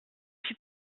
suis